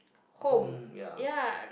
home ya